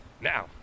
Now